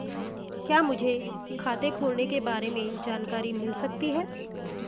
क्या मुझे खाते खोलने के बारे में जानकारी मिल सकती है?